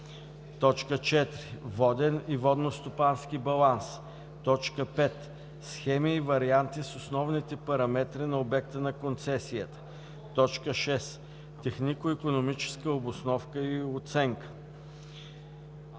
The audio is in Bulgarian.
4. воден и водностопански баланс; 5. схеми и варианти с основните параметри на обекта на концесия; 6. технико-икономически обосновки и оценки.